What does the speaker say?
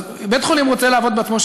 אז אם בית-חולים רוצה לעבוד בעצמו,